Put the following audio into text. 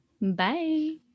Bye